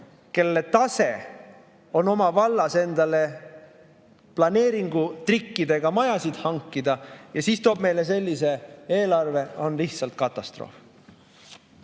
kelle tase on oma vallas endale planeeringutrikkidega majasid hankida, ja siis toob meile sellise eelarve, on lihtsalt katastroof.